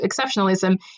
exceptionalism